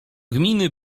gminy